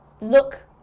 look